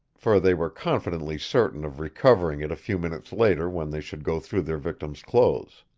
for they were confidently certain of recovering it a few minutes later when they should go through their victim's clothes.